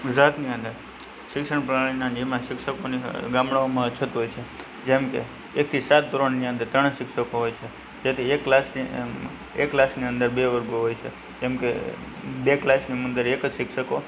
ગુજરાતની અંદર શિક્ષણ પ્રણાલીના નિયમમાં શિક્ષકોની ગામડાઓમાં અછત હોય છે જેમ કે એકથી સાત ધોરણની અંદર ત્રણ જ શિક્ષકો હોય છે તેથી એક ક્લાસની અંદ એક ક્લાસની અંદર બે જ વર્ગો હોય છે કેમ કે બે ક્લાસની અંદર એક જ શિક્ષકો